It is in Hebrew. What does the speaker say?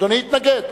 אדוני התנגד.